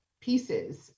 pieces